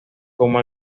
como